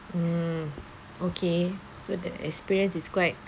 mm okay so the experience is quite